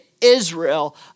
Israel